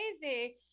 crazy